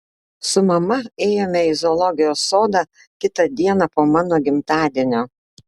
su mama ėjome į zoologijos sodą kitą dieną po mano gimtadienio